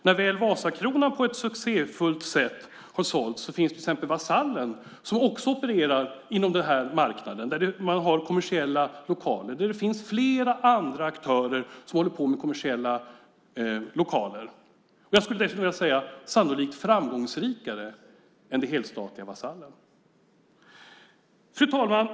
När väl Vasakronan på ett succéfullt sätt har sålts finns till exempel Vasallen, som också opererar inom den här marknaden där man har kommersiella lokaler och där det finns flera andra aktörer som håller på med kommersiella lokaler - dessutom, skulle jag vilja säga, sannolikt mer framgångsrikt än det helstatliga Vasallen. Fru talman!